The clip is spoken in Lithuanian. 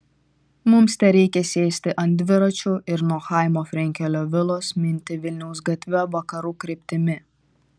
mums tereikia sėsti ant dviračių ir nuo chaimo frenkelio vilos minti vilniaus gatve vakarų kryptimi